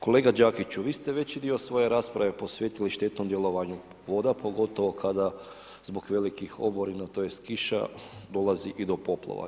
Kolega Đakiću, vi ste veći dio svoje rasprave posvetili štetnom djelovanju voda pogotovo kada zbog velikih oborina tj. kiša dolazi i do poplava.